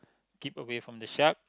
keep away from the shark